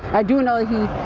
i do know you.